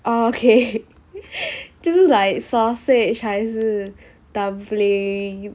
okay 就是 like sausage 还是 dumpling